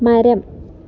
മരം